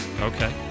Okay